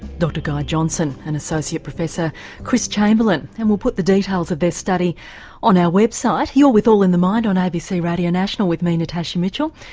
dr guy johnson and associate professor chris chamberlain, and we'll put the details of their study on our website. you're with all in the mind on abc radio national with me, natasha mitchell,